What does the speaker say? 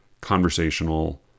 conversational